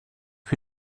für